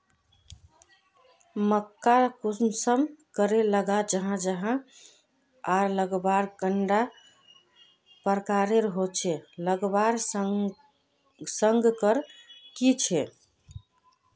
मक्का कुंसम करे लगा जाहा जाहा आर लगवार कैडा प्रकारेर होचे लगवार संगकर की झे?